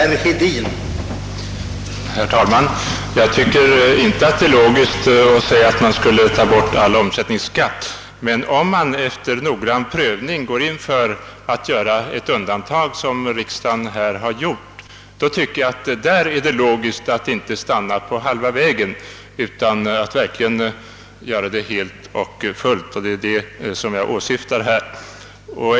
Herr talman! Jag tycker inte det är logiskt att säga att man skulle ta bort all omsättningsskatt. Men om man efter noggrann prövning gör ett undantag, som riksdagen här har gjort, så tycker jag att det är logiskt att inte stanna på halva vägen utan verkligen göra det helt. Det är det som jag åsyftar.